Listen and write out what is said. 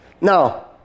Now